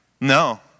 No